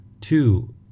two